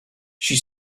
she